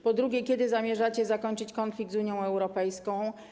Po drugie, kiedy zamierzacie zakończyć konflikt z Unią Europejską?